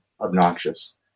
obnoxious